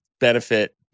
benefit